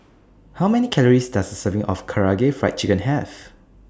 How Many Calories Does A Serving of Karaage Fried Chicken Have